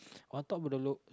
on top of the loop